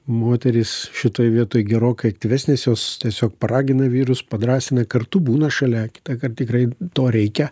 moterys šitoj vietoj gerokai aktyvesnės jos tiesiog paragina vyrus padrąsina kartu būna šalia kitąkart tikrai to reikia